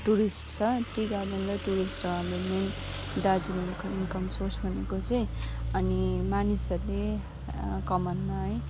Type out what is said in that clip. tourist छ tea garden र tourist हो हाम्रो मेन दार्जिलिङको इनकम सोर्स भनेको चाहिँ अनि मानिसहरूले कमानमा है